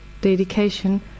dedication